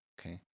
Okay